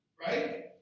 right